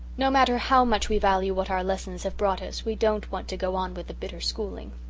no matter how much we value what our lessons have brought us we don't want to go on with the bitter schooling.